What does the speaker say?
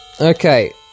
Okay